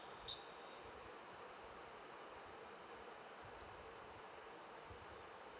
okay